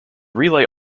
relay